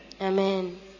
Amen